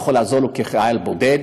היא יכולה לעזור לו כחייל בודד,